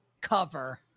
cover